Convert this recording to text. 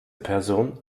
person